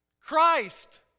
Christ